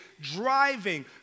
driving